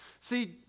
See